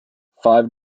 five